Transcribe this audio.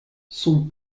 son